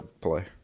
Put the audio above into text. play